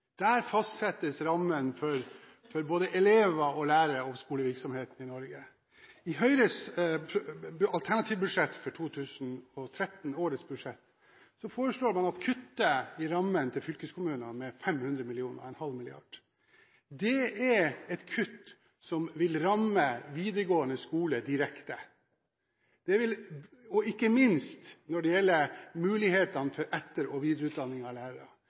Der fastsettes rammen for både elever og lærere og skolevirksomhet i Norge. I Høyres alternative budsjett for 2013, årets budsjett, foreslår man å kutte i rammen til fylkeskommunene med 500 mill. kr – en halv milliard. Det er et kutt som vil ramme videregående skole direkte, ikke minst når det gjelder mulighetene for etter- og videreutdanning av lærere.